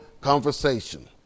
conversation